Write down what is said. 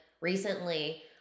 recently